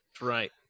Right